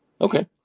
Okay